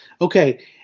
Okay